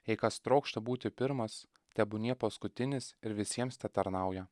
jei kas trokšta būti pirmas tebūnie paskutinis ir visiems tetarnauja